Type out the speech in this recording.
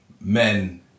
men